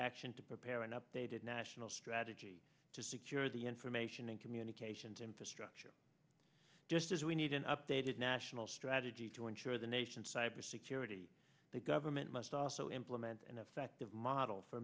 action to prepare an updated national strategy to secure the information and communications infrastructure just as we need an updated national strategy to ensure the nation's cyber security the government must also implement an effective model for